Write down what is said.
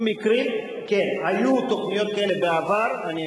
היא טובה, היא טובה.